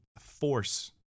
force